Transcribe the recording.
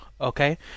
Okay